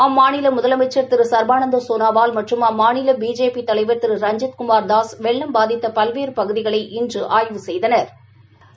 அம்மாநில முதலமைச்சா் திரு சா்பானந்த சோனாவால் மற்றும் அம்மாநில பிஜேபி தலைவா் திரு ரஞ்ஜித் குமார்தாஸ் வெள்ளம் பாதித்த பல்வேறு பகுதிகளை இன்று ஆய்வு செய்தனா்